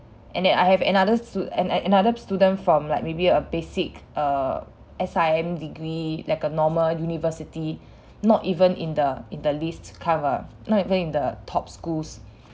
and then I have another stu~ an~ an~ another student from like maybe a basic err S_I_M degree like a normal university not even in the in the list cover not even in the top schools